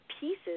pieces